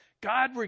God